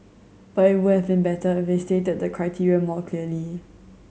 but it would have been better if they stated the criteria more clearly